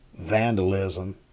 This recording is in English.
vandalism